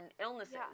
illnesses